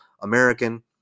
American